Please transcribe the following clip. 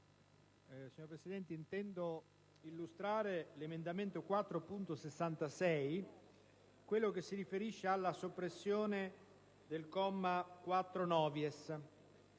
Signor Presidente, intendo illustrare l'emendamento 4.66, che propone la soppressione del comma 4-*novies*.